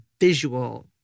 visual